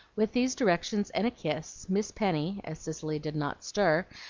with these directions and a kiss, miss penny, as cicely did not stir,